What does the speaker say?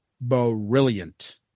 brilliant